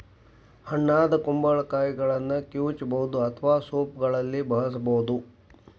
ಹಣ್ಣಾದ ಕುಂಬಳಕಾಯಿಗಳನ್ನ ಕಿವುಚಬಹುದು ಅಥವಾ ಸೂಪ್ಗಳಲ್ಲಿ ಬಳಸಬೋದು